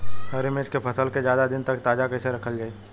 हरि मिर्च के फसल के ज्यादा दिन तक ताजा कइसे रखल जाई?